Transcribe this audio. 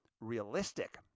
realistic